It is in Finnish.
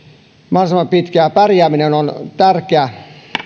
mahdollisimman pitkään pärjääminen on tärkeä